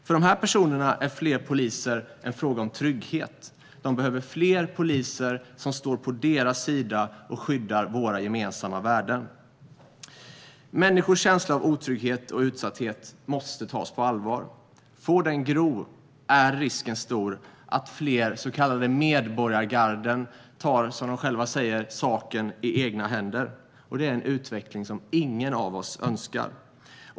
För de personerna är fler poliser en fråga om trygghet. De behöver fler poliser som står på deras sida och skyddar våra gemensamma värden. Människors känsla av otrygghet och utsatthet måste tas på allvar. Får den gro är risken stor att fler så kallade medborgargarden tar, som de själva säger, saken i egna händer. Det är en utveckling som ingen av oss önskar.